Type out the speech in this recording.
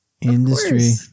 Industry